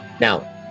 Now